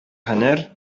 һөнәр